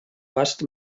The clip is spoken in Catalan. vast